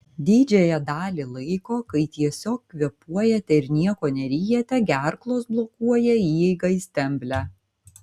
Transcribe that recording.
didžiąją dalį laiko kai tiesiog kvėpuojate ir nieko neryjate gerklos blokuoja įeigą į stemplę